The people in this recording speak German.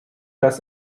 dass